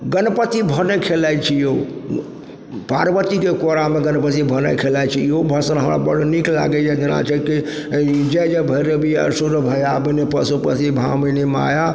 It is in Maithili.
गणपति भने खेलाइ छी यौ पार्वतीके कोरामे गणपति भने खेलाइ छी यौ इहो भजन हमरा बड़ा नीक लागइए जेना छै कि ई जय जय भैरवी असुर भयाउनी पशुपति भामनी माया